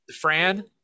Fran